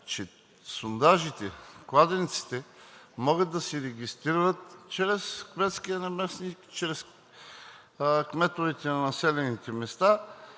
че сондажите, кладенците могат да се регистрират чрез кметския наместник, чрез кметовете на населените места.